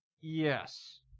yes